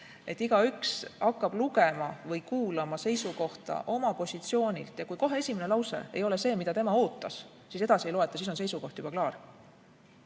Igaüks hakkab lugema või kuulama seisukohta oma positsioonilt ja kui esimene lause ei ole see, mida tema ootas, siis edasi ei loeta, siis on seisukoht juba klaar.